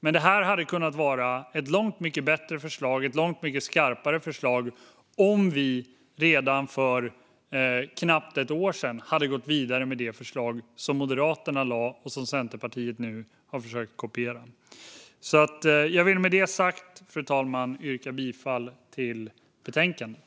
Men vi hade kunnat besluta om ett långt mycket bättre och skarpare förslag om vi redan för knappt ett år sedan hade gått vidare med det förslag som Moderaterna lade fram och som Centerpartiet nu har försökt kopiera. Jag vill med det sagt, fru talman, yrka bifall till förslaget i betänkandet.